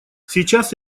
сейчас